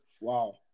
Wow